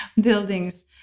buildings